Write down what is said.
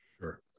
Sure